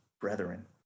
brethren